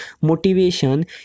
motivation